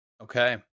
Okay